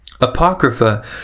Apocrypha